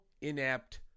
inept